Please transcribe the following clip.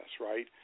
right